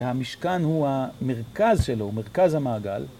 המשכן הוא המרכז שלו, הוא מרכז המעגל.